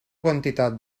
quantitat